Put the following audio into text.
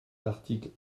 l’article